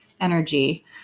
energy